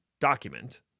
document